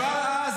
כבר אז,